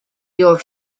your